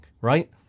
right